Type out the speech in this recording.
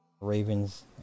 ravens